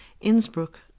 Innsbruck